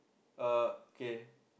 uh okay